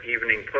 Evening